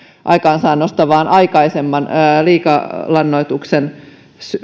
aikaansaannosta vaan aikaisemman liikalannoituksen